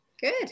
Good